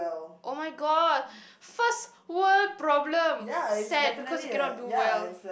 oh-my-god first world problem sad because you cannot do well